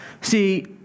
See